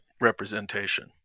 representation